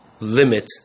limit